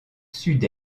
sud